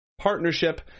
partnership